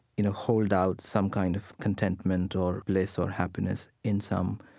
you know, hold out some kind of contentment or bliss or happiness in some,